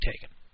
taken